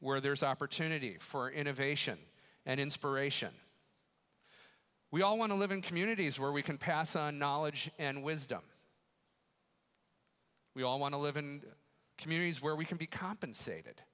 where there is opportunity for innovation and inspiration we all want to live in communities where we can pass on knowledge and wisdom we all want to live in communities where we can be compensated